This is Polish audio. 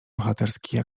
bohaterskiej